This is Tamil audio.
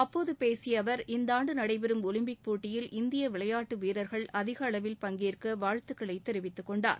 ப்போது பேசிய அவர் இந்தாண்டு நடைபெறும் ஒலிம்பிக் போட்டியில் இந்திய விளையாட்டு வீரர்கள் அதிகளவில் பங்கேற்க வாழ்த்துகளை தெரிவித்துகொண்டார்